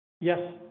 Yes